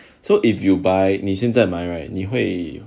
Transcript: so if you buy 你现在买 right 你会